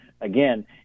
Again